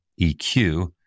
EQ